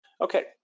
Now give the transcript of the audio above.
Okay